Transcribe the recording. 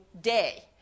Day